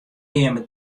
jimme